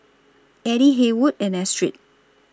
Eddie Haywood and Astrid